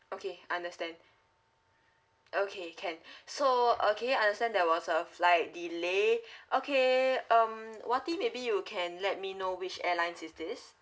okay understand okay can so okay understand there was a flight delay okay um wati maybe you can let me know which airlines is this